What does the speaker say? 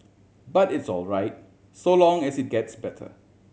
but it's all right so long as it gets better